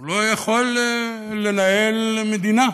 הוא לא יכול לנהל מדינה.